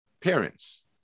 parents